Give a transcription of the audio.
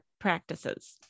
practices